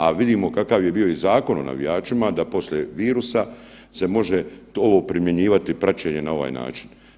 A vidimo kakav je bio i Zakon o navijačima da poslije virusa se može ovo primjenjivati praćenje na ovaj način.